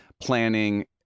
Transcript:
planning